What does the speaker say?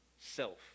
self